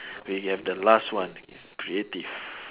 we have the last one creative